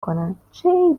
کنن، چه